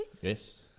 Yes